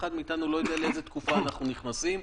אחד מאיתנו לא יודע לאיזו תקופה אנחנו נכנסים.